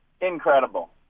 Incredible